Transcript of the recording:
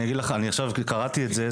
אני אגיד לך עכשיו כי קראתי את זה,